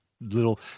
Little